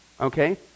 okay